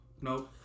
no